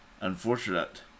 unfortunate